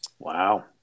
Wow